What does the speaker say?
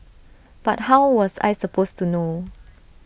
but how was I supposed to know